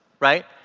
right,